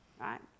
right